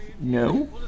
no